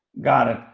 got it.